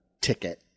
ticket